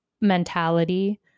mentality